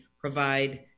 provide